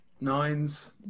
nines